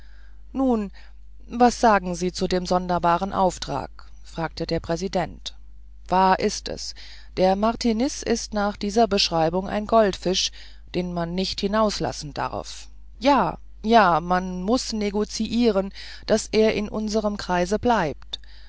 nun was sagen sie zu dem sonderbaren auftrag fragte der präsident wahr ist es der martiniz ist nach dieser beschreibung ein goldfisch den man nicht hinauslassen darf ja ja man muß negoziieren daß er in unserem kreise bleibt